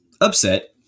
Upset